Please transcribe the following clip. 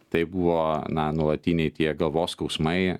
tai buvo na nuolatiniai tie galvos skausmai